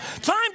Time